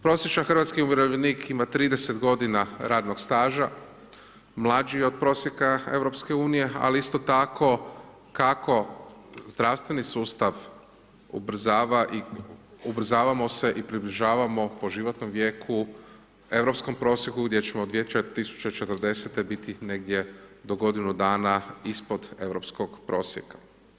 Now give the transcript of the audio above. Prosječan hrvatski umirovljenik ima 30 godina radnog staža, mlađi je od prosjeka Europske unije, ali isto tako kako zdravstveni sustav ubrzava i ubrzavamo se i približavamo po životnom vijeku europskom prosjeku gdje ćemo 2040. biti negdje do godinu dana ispod europskog prosjeka.